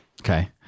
Okay